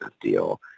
deal